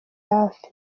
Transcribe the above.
hafi